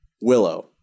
willow